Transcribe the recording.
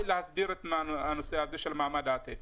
להסדיר את הנושא הזה של מעמד הטף.